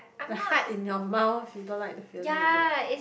the heart in your mouth you don't like the feeling it is